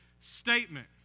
statement